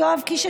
יואב קיש,